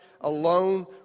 alone